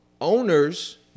owners